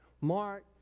Mark